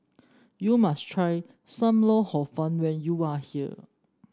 you must try Sam Lau Hor Fun when you are here